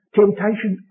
temptation